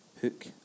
hook